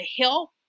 help